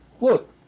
Look